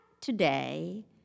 today